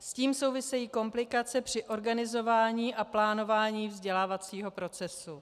S tím souvisejí komplikace při organizování a plánování vzdělávacího procesu.